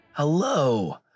Hello